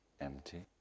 Empty